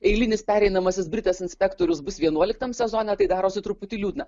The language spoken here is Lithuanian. eilinis pereinamasis britas inspektorius bus vienuoliktam sezone tai darosi truputį liūdna